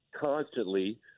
constantly